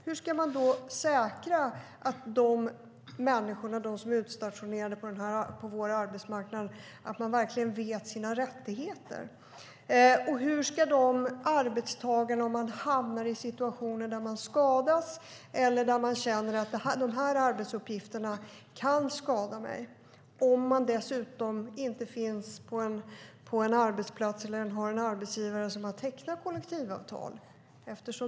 Hur ska man säkra att de människor som är utstationerade på vår arbetsmarknad verkligen vet sina rättigheter? Och hur är det för de arbetstagarna om de hamnar i situationer där de skadas eller där de känner att arbetsuppgifterna kan skada dem? De kanske dessutom inte har en arbetsgivare som har tecknat kollektivavtal.